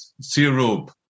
syrup